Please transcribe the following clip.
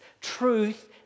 Truth